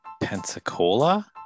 Pensacola